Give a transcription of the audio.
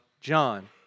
John